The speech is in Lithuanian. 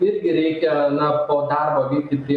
irgi reikia na po darbo vykdyti